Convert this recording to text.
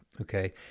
Okay